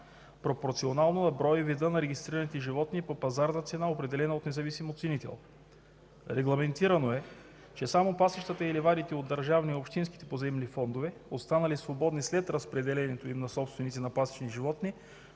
пропорционално на броя и вида на регистрираните животни по пазарна цена, определена от независим оценител. Регламентирано е, че само пасищата и ливадите от държавния и общинските поземлени фондове, останали свободни след разпределението им на собственици на пасищни животни,